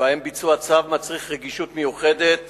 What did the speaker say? שבהם ביצוע הצו מצריך רגישות מיוחדת